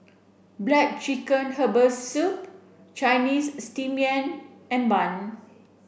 black chicken herbal soup Chinese steamed yam and bun